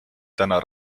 täna